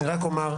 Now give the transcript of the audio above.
אני רק אומר,